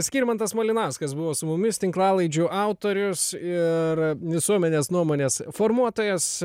skirmantas malinauskas buvo su mumis tinklalaidžių autorius ir visuomenės nuomonės formuotojas